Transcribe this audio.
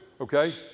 okay